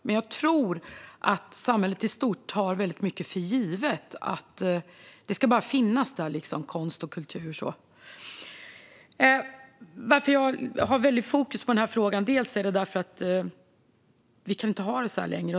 Men jag tror att samhället i stort tar för givet att konst och kultur bara ska finnas. Att jag har stort fokus på denna fråga beror på att vi inte kan ha det så här längre.